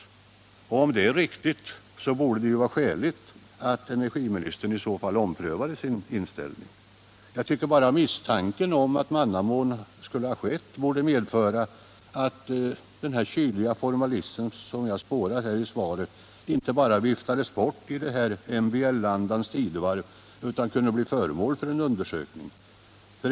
Om det antagandet är riktigt, så är det skäligt att energiministern omprövar sin inställning. Jag tycker att blotta misstanken om mannamån borde medföra att den kyliga formalism som kan spåras i svaret inte utan vidare viftade bort den tanken — särskilt inte i detta MBL-andans tidevarv — utan att den saken kunde bli föremål för en undersökning.